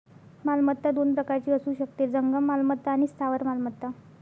मालमत्ता दोन प्रकारची असू शकते, जंगम मालमत्ता आणि स्थावर मालमत्ता